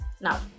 now